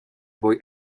boy